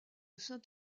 saint